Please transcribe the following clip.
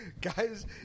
Guys